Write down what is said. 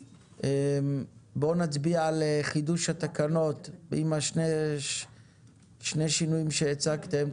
בואו נצביע על חידוש התקנות עם שני השינויים שהצגתם.